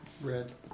Red